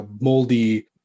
moldy